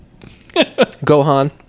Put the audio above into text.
gohan